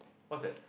what's that